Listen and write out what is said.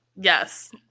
Yes